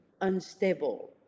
unstable